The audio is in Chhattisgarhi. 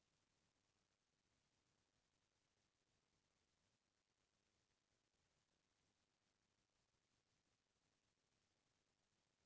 अचल संपत्ति ह कोनो मनसे ल आघू बड़हाय म काहेच संग देथे अचल संपत्ति ह पीढ़ी दर पीढ़ी चले आवत रहिथे